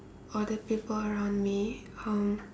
or the people around me uh